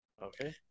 Okay